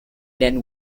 then